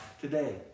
today